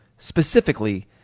specifically